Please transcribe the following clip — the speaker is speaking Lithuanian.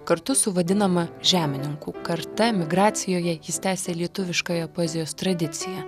kartu su vadinama žemininkų karta emigracijoje jis tęsė lietuviškąją poezijos tradiciją